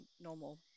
normal